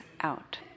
out